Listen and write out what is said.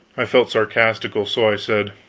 i felt sarcastical, so i said